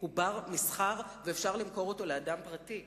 הוא בר-מסחר ואפשר למכור אותו לאדם פרטי.